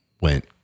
went